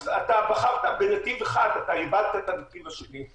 אתה בחרת בנתיב אחד ואתה איבדת את הנתיב השני.